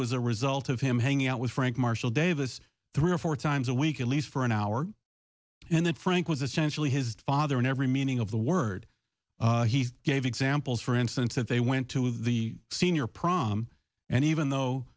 was a result of him hanging out with frank marshall davis three or four times a week at least for an hour and that frank was essentially his father in every meaning of the word he gave examples for instance that they went to the senior prom and even though